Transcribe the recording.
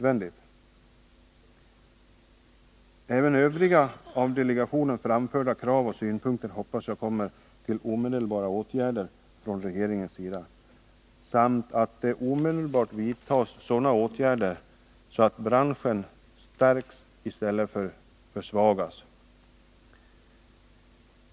Även övriga av delegationen framförda krav och synpunkter hoppas jag leder till omedelbara åtgärder från regeringens sida. Det bör omedelbart vidtas sådana åtgärder att branschen stärks i stället för försvagas.